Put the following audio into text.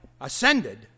ascended